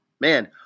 Man